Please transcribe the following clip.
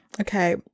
Okay